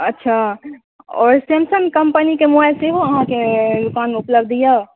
अच्छा आओर Samsung company के मोबाइल सेहो अहाँकेँ दोकानमे उपलब्ध यऽ